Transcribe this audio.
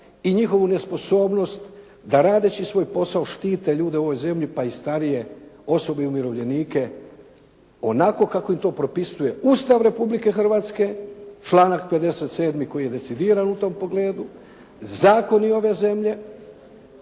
i njihovu nesposobnost da radeći svoj posao štite ljude u ovoj zemlji pa i starije osobe i umirovljenike onako kako im to propisuje Ustav Republike Hrvatske, članak 57. koji je decidiran u tom pogledu, zakoni ove zemlje